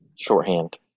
shorthand